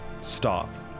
staff